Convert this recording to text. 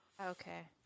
Okay